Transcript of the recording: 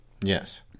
Yes